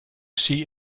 see